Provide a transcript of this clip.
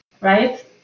Right